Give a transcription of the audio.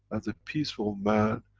as a peaceful man,